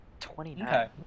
29